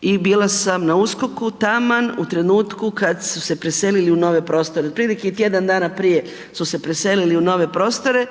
i bila sam na USKOK-u taman u trenutku kad su se preselili u nove prostore, otprilike tjedan dana prije su se preselili u nove prostore,